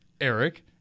Eric